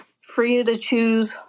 free-to-choose